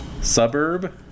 suburb